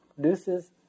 produces